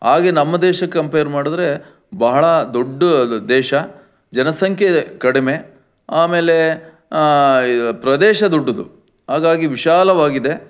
ಹಾಗೆ ನಮ್ಮ ದೇಶಕ್ಕೆ ಕಂಪೇರ್ ಮಾಡಿದ್ರೆ ಬಹಳ ದೊಡ್ಡ ದೇಶ ಜನಸಂಖ್ಯೆ ಕಡಿಮೆ ಆಮೇಲೆ ಪ್ರದೇಶ ದೊಡ್ಡದು ಹಾಗಾಗಿ ವಿಶಾಲವಾಗಿದೆ